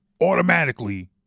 automatically